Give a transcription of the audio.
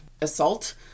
assault